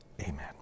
Amen